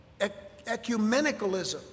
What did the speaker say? Ecumenicalism